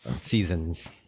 Seasons